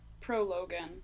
pro-Logan